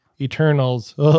Eternals